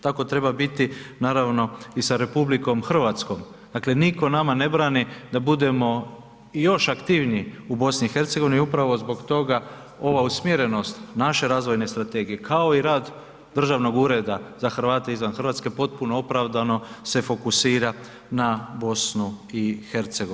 Tako treba biti naravno i sa RH, dakle nitko nama ne brani da budemo još aktivniji u BiH-u i upravo zbog toga ova usmjerenost naše razvojne strategije kao i rad državnog urea za Hrvate izvan Hrvatske, potpuno opravdano se fokusira na BiH.